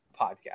podcast